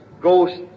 Ghost